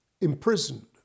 imprisoned